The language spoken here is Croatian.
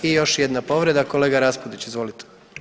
I još jedna povreda, kolega Raspudić izvolite.